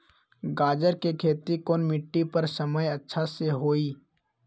गाजर के खेती कौन मिट्टी पर समय अच्छा से होई?